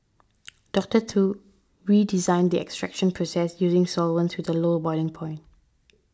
Doctor Tu redesigned the extraction process using solvents with a low boiling point